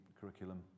curriculum